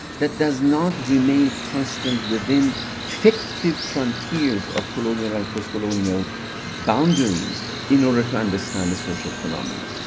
that does not remain constant within fictive frontiers of colonial and post-colonial boundaries in order to understand the social phenomenon.